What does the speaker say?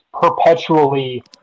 perpetually